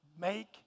make